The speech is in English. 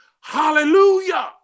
hallelujah